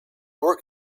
work